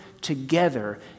together